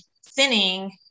sinning